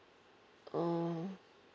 oh